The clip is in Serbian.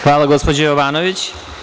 Hvala, gospođo Jovanović.